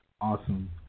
Awesome